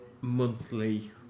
monthly